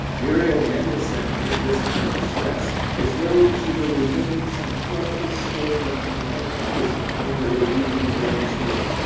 muriel mendelssohn had been listening in distress as though she where we live in some horrible scolding from the headmistress in her rhodesian boarding school.